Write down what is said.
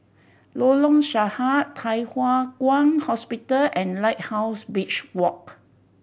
Lorong Sarhad Thye Hua Kwan Hospital and Lighthouse Beach Walk